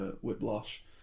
Whiplash